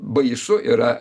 baisu yra